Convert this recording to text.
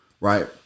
right